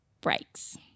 breaks